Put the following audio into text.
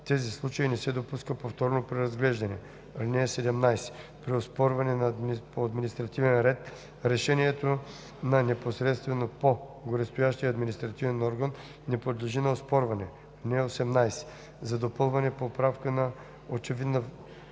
тези случаи не се допуска повторно преразглеждане. (17) При оспорване по административен ред решението на непосредствено по-горестоящия административен орган не подлежи на оспорване. (18) За допълване, поправка на очевидна